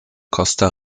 costa